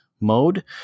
mode